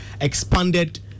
expanded